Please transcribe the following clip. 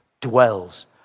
dwells